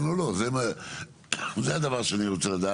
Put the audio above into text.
זה הדבר שאני רוצה לדעת.